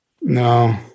No